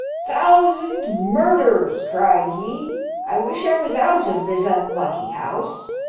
thousand murders! cried he i wish i was out of this unlucky house.